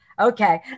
Okay